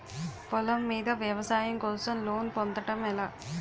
పొలం మీద వ్యవసాయం కోసం లోన్ పొందటం ఎలా?